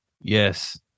Yes